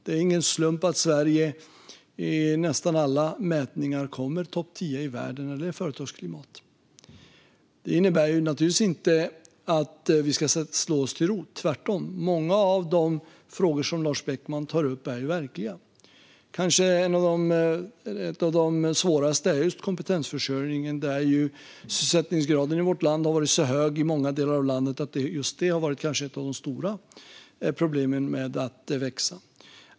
Det är ingen slump att Sverige i nästan alla mätningar ligger bland topp tio i världen när det gäller företagsklimat. Detta innebär naturligtvis inte att vi ska slå oss till ro, tvärtom. Många av de frågor som Lars Beckman tar upp är ju verkliga. En av de kanske svåraste är just kompetensförsörjningen. Sysselsättningsgraden har i många delar av vårt land varit så hög att just detta kanske har varit ett av de stora problemen med att växa.